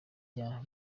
rya